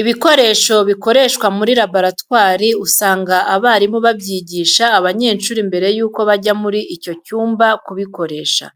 Ibikoresho bikoreshwa muri laboratwari usanga abarimu babyigisha abanyeshuri mbere yuko bajya muri icyo cyumba kubikoresha.